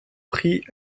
prix